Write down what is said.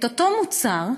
אותו מוצר,